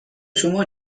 شما